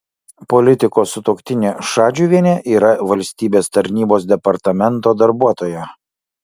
politiko sutuoktinė šadžiuvienė yra valstybės tarnybos departamento darbuotoja